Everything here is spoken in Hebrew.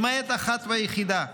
למעט אחת ויחידה,